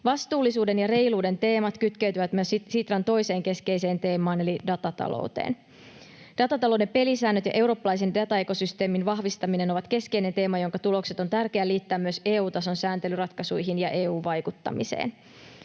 Vastuullisuuden ja reiluuden teemat kytkeytyvät myös Sitran toiseen keskeiseen teemaan eli datatalouteen. Datatalouden pelisäännöt ja eurooppalaisen dataekosysteemin vahvistaminen ovat keskeinen teema, jonka tulokset on tärkeää liittää myös EU-tason sääntelyratkaisuihin ja EU-vaikuttamiseen.